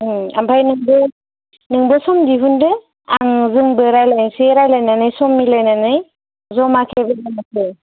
ओम ओमफाय नोंबो नोंबो सम दिहुनदो आं जोंबो रायलायसै रायलायनानै सम मिलायनानै जमा